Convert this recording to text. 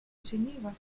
geneva